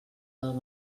del